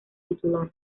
titular